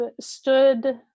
stood